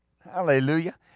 Hallelujah